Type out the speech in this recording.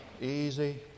Easy